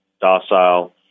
docile